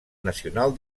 nacional